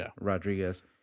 Rodriguez